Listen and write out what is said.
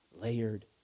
layered